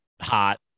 hot